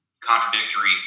contradictory